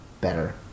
better